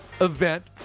event